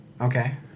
Okay